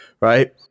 Right